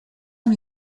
amb